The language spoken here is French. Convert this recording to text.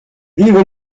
vive